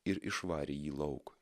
ir išvarė jį lauk